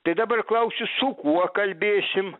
tai dabar klausiu su kuo kalbėsim